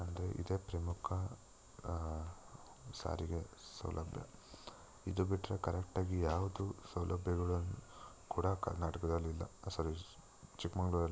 ಅಂದರೆ ಇದೇ ಪ್ರಮುಖ ಸಾರಿಗೆ ಸೌಲಭ್ಯ ಇದು ಬಿಟ್ಟರೆ ಕರೆಕ್ಟಾಗಿ ಯಾವುದು ಸೌಲಭ್ಯಗಳು ಕೂಡ ಕರ್ನಾಟಕದಲ್ಲಿ ಇಲ್ಲ ಸಾರಿ ಚಿಕ್ಕಮಂಗ್ಳೂರಲ್ಲಿ ಇಲ್ಲ